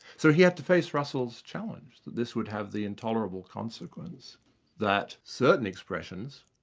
so he had to face russell's challenge, that this would have the intolerable consequence that certain expressions,